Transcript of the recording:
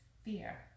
fear